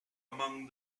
among